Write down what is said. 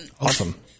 Awesome